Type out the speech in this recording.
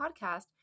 podcast